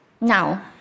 Now